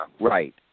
Right